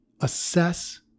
assess